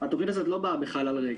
התוכנית הזאת לא באה בחלל ריק.